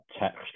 text